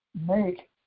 make